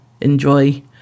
enjoy